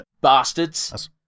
Bastards